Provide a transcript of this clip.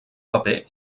paper